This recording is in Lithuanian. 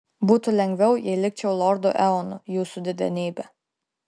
būtų lengviau jei likčiau lordu eonu jūsų didenybe